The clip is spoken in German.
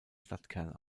stadtkern